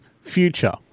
future